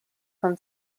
from